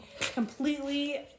completely